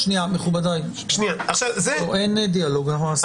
לא, שנייה, מכובדיי, אין דיאלוג.